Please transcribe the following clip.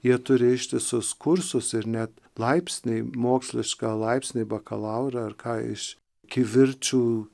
jie turi ištisus kursus ir net laipsniai mokslišką laipsnį bakalaurą ar ką iš kivirčų